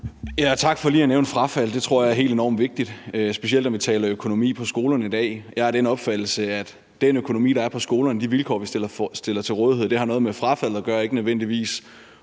Tak for lige at nævne frafaldet. Det tror jeg er helt enormt vigtigt, specielt når vi taler økonomi på skolerne i dag. Jeg er af den opfattelse, at den økonomi, der er på skolerne, og de vilkår, vi stiller til rådighed, har noget med frafaldet at gøre, ikke nødvendigvis